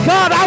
God